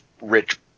rich